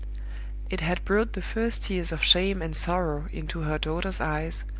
it had brought the first tears of shame and sorrow into her daughter's eyes,